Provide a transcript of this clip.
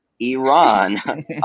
Iran